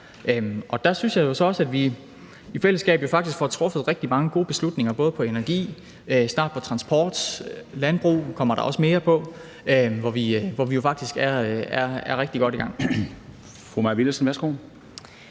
og der synes jeg jo så også, at vi i fællesskab faktisk får truffet rigtig mange gode beslutninger, både på energi og snart på transport, og landbrug kommer der også mere på, hvor vi jo faktisk er rigtig godt i gang.